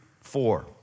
four